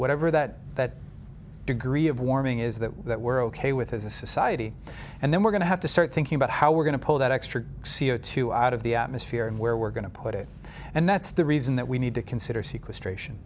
whatever that that degree of warming is that that we're ok with as a society and then we're going to have to start thinking about how we're going to pull that extra c o two out of the atmosphere and where we're going to put it and that's the reason that we need to consider sequel st